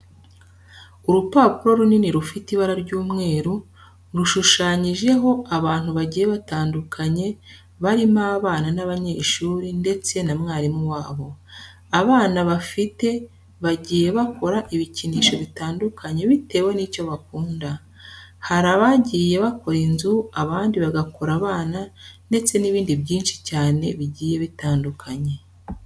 Urupapuro runini rufite ibara ry'umweru rushushanyijeho abantu bagiye batandukanye, barimo abana b'abanyeshuri ndetse na mwarimu wabo. Abana bafite bagiye bakora ibikinisho bitandukanye bitewe n'icyo bakunda. Hari abagiye bakora inzu, abandi bagakora abana ndetse n'ibindi byinshi cyane bigiye bitandukanye.